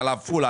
על עפולה,